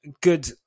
good